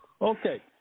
Okay